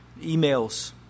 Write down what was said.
emails